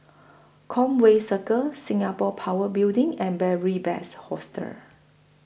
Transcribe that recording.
Conway Circle Singapore Power Building and Beary Best Hostel